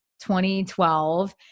2012